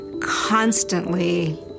constantly